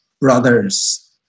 brother's